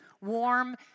warm